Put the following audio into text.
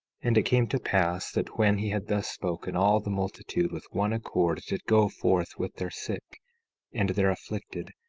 and it came to pass that when he had thus spoken, all the multitude, with one accord, did go forth with their sick and their afflicted,